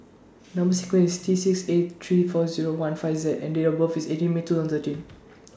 Number sequence IS T six eight three four Zero one five Z and Date of birth IS eighteen May two thousand and thirteen